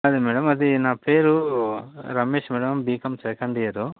అదే మేడం అది నా పేరు Ramesh madam BCom second year